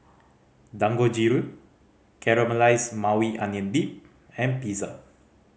Dangojiru Caramelized Maui Onion Dip and Pizza